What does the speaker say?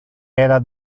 era